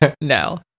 No